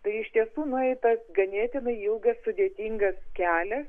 tai iš tiesų nueitas ganėtinai ilgas sudėtingas kelias